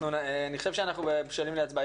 אני חושב שאנחנו בשלים להצבעה.